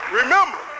remember